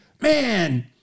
man